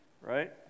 Right